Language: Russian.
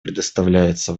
предоставляется